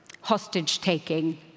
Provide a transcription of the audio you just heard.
hostage-taking